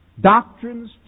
Doctrines